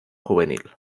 juvenil